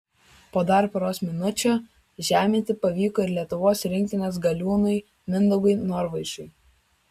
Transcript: po dar poros minučių žeminti pavyko ir lietuvos rinktinės galiūnui mindaugui norvaišui